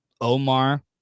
Omar